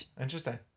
Interesting